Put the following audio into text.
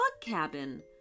cabin